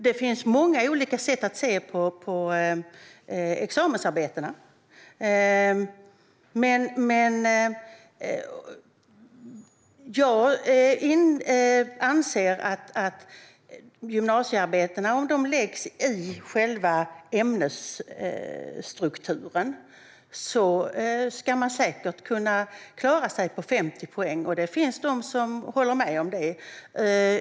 Det finns många olika sätt att se på examensarbetena. Jag anser att om gymnasiearbetena läggs i själva ämnesstrukturen ska man säkert kunna klara sig på 50 poäng. Det finns de som håller med om det.